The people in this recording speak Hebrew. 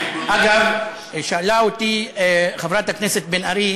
אגב, שאלה אותי חברת הכנסת בן ארי